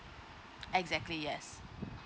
exactly yes